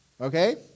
Okay